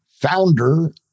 founder